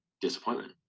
disappointment